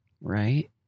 Right